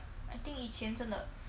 I think 以前真的